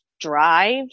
drive